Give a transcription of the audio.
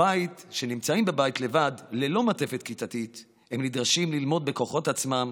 וכשנמצאים בבית לבד ללא מעטפת כיתתית הם נדרשים ללמוד בכוחות עצמם,